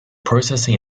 processing